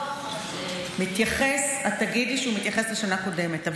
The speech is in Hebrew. הדוח הזה, את תגידי שהוא מתייחס לשנה קודמת.